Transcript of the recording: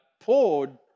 poured